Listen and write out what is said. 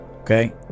okay